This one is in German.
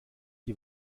die